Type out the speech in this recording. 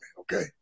okay